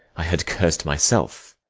i had curs'd myself.